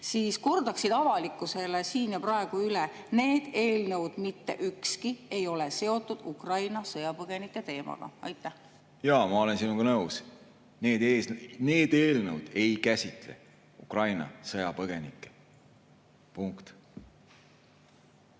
kordaksid avalikkusele siin ja praegu üle: need eelnõud, mitte ükski, ei ole seotud Ukraina sõjapõgenike teemaga. Jaa, ma olen sinuga nõus. Need eelnõud ei käsitle Ukraina sõjapõgenikke. Punkt.